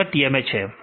तो यह TMH है